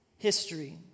history